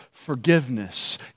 Forgiveness